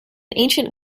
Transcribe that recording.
ancient